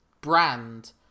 brand